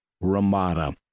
Ramada